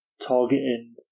targeting